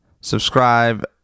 Subscribe